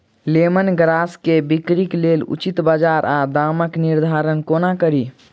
Lemon grass केँ बिक्रीक लेल उचित बजार आ दामक निर्धारण कोना कड़ी?